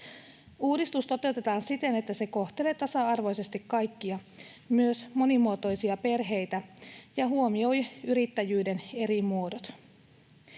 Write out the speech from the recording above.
Uudistus toteutetaan siten, että se kohtelee tasa-arvoisesti kaikkia, myös monimuotoisia perheitä, ja huomioi yrittäjyyden eri muodot.